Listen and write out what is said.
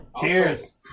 Cheers